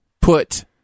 put